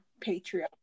Patreon